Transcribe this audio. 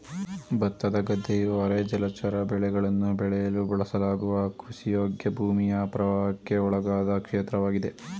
ಭತ್ತದ ಗದ್ದೆಯು ಅರೆ ಜಲಚರ ಬೆಳೆಗಳನ್ನು ಬೆಳೆಯಲು ಬಳಸಲಾಗುವ ಕೃಷಿಯೋಗ್ಯ ಭೂಮಿಯ ಪ್ರವಾಹಕ್ಕೆ ಒಳಗಾದ ಕ್ಷೇತ್ರವಾಗಿದೆ